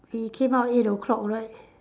he came out eight o-clock right